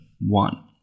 one